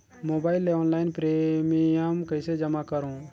Mobile ले online premium कइसे जमा करों?